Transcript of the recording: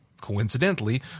coincidentally